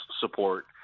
support